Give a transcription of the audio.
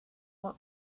what